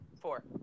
Four